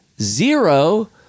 zero